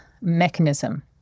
mechanism